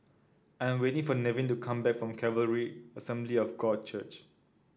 I'm waiting for Nevin to come back from Calvary Assembly of God Church